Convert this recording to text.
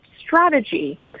strategy